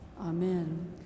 Amen